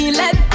let